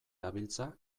dabiltza